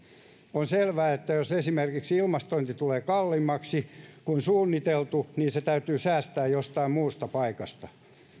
on selvää että jos esimerkiksi ilmastointi tulee kalliimmaksi kuin suunniteltu niin se täytyy säästää jostain muusta paikasta